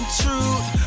truth